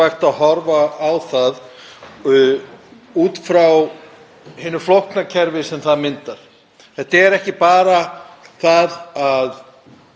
fæða erlendis frá komi ekki hingað, heldur er þetta miklu stærra mál sem hefur mörg mismunandi kerfi sem við þurfum að fylgjast með